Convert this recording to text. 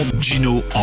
Gino